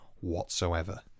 whatsoever